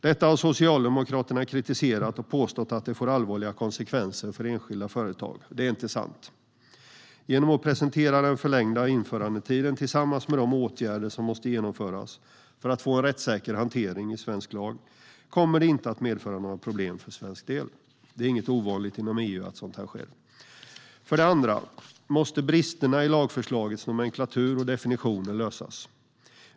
Det har Socialdemokraterna kritiserat. De påstår att det skulle leda till allvarliga konsekvenser för enskilda företag. Det är inte sant. Genom att den förlängda införandetiden presenteras tillsammans med de åtgärder som måste genomföras för att få en rättssäker hantering i svensk lag kommer det inte att medföra några problem för svensk del. Det är inte ovanligt i EU att sådant sker. För det andra måste bristerna i lagförslagens nomenklatur och definitioner lösas.